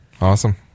Awesome